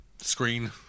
Screen